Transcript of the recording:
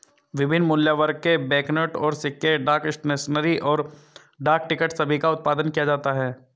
विभिन्न मूल्यवर्ग के बैंकनोट और सिक्के, डाक स्टेशनरी, और डाक टिकट सभी का उत्पादन किया जाता है